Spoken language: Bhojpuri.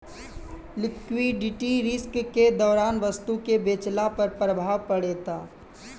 लिक्विडिटी रिस्क के दौरान वस्तु के बेचला पर प्रभाव पड़ेता